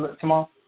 tomorrow